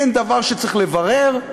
אין דבר שצריך לברר,